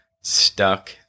stuck